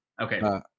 Okay